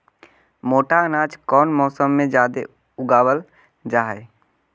मोटा अनाज कौन मौसम में जादे उगावल जा हई?